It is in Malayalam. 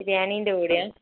ബിരിയാണീൻ്റെ കൂടെയാണോ